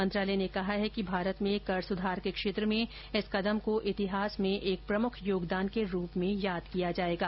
मंत्रालय ने कहा है कि भारत में कर सुधार के क्षेत्र में इस कदम को इतिहास में एक प्रमुख योगदान के रूप में याद किया जाएगा